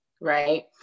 Right